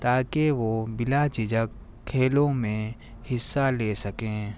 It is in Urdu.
تاکہ وہ بلا جھجھجک کھیلوں میں حصہ لے سکیں